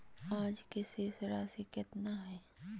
आज के शेष राशि केतना हइ?